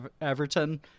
Everton